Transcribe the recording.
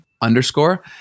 underscore